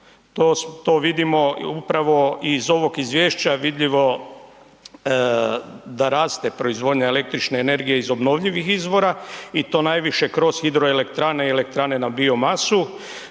To vidimo upravo iz ovog izvješća vidljivo je da raste proizvodnja električne energije iz obnovljivih izvora i to najviše kroz hidroelektrane i elektrane na biomasu